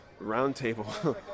roundtable